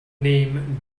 name